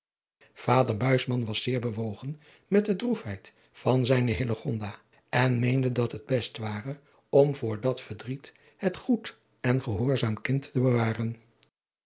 buisman was zeer bewogen met de adriaan loosjes pzn het leven van hillegonda buisman droefheid van zijne hillegonda en meende dat het best ware om voor dat verdriet het goed en gehoorzaam kind te bewaren